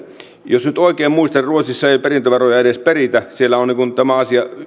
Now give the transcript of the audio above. jos nyt oikein muistan niin ruotsissa ei perintöveroja edes peritä siellä on tämä asia